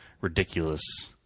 ridiculous